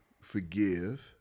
forgive